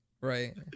Right